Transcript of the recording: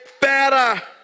better